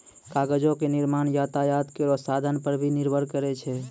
कागजो क निर्माण यातायात केरो साधन पर भी निर्भर करै छै